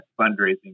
fundraising